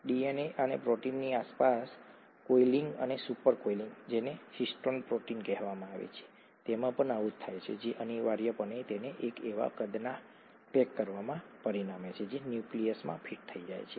DNA અને પ્રોટીનની આસપાસ કોઇલિંગ અને સુપર કોઇલિંગ જેને હિસ્ટોન પ્રોટીન કહેવામાં આવે છે તેમાં પણ આવું જ થાય છે જે અનિવાર્યપણે તેને એક એવા કદમાં પેક કરવામાં પરિણમે છે જે ન્યુક્લિયસમાં ફિટ થઇ શકે છે